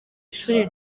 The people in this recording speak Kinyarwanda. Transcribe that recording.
ishuri